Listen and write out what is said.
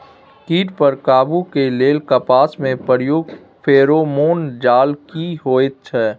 कीट पर काबू के लेल कपास में प्रयुक्त फेरोमोन जाल की होयत छै?